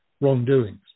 wrongdoings